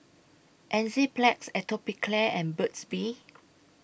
Enzyplex Atopiclair and Burt's Bee